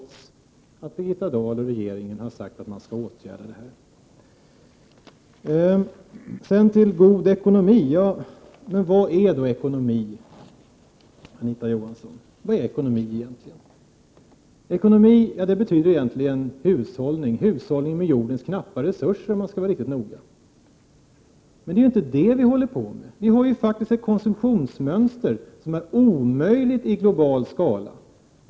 Birgitta Dahl och den Övriga regeringen har ju sagt att man skall åtgärda detta. När det gäller god ekonomi vill jag säga följande. Vad är ekonomi, Anita Johansson? Ekonomi betyder egentligen hushållning med jordens knappa resurser, om man skall vara riktigt noga. Men det är ju inte det som sker. Vi har ett konsumtionsmönster som är omöjligt i global skala.